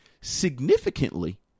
Significantly